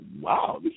wow